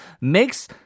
makes